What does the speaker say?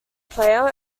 player